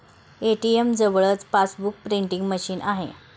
ATM जवळच passbook printing machine आहे